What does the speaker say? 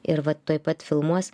ir va tuoj pat filmuos